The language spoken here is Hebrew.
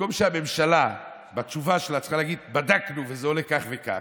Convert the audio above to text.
במקום שהממשלה בתשובה שלה צריכה להגיד: בדקנו וזה עולה כך וכך,